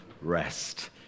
rest